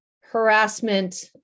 harassment